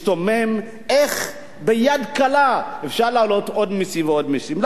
ומשתומם איך ביד קלה אפשר להעלות עוד מסים ועוד מסים.